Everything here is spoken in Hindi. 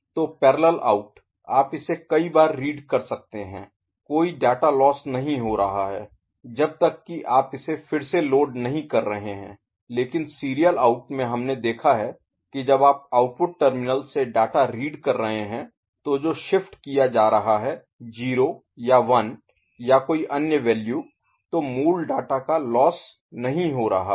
तो पैरेलल आउट आप इसे कई बार रीड कर सकते हैं है कोई डाटा लोस्स Lossखो नहीं हो रहा है जब तक कि आप इसे फिर से लोड नहीं कर रहे हैं लेकिन सीरियल आउट में हमने देखा है कि जब आप आउटपुट टर्मिनल से डाटा रीड कर रहे हैं तो जो शिफ्ट किया जा रहा है 0 या 1 या कोई अन्य वैल्यू तो मूल डाटा का लोस्स Lossखो नहीं हो रहा है